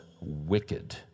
wicked